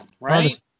right